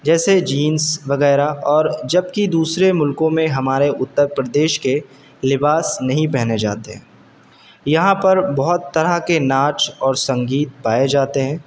جیسے جینس وغیرہ اور جبکہ دوسرے ملکوں میں ہمارے اتر پردیش کے لباس نہیں پہنے جاتے ہیں یہاں پر بہت طرح کے ناچ اور سنگیت پائے جاتے ہیں